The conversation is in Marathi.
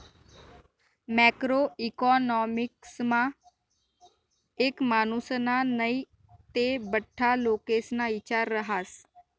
मॅक्रो इकॉनॉमिक्समा एक मानुसना नै ते बठ्ठा लोकेस्ना इचार रहास